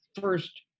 first